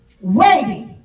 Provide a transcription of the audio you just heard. waiting